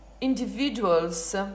individuals